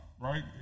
right